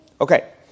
okay